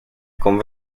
con